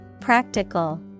Practical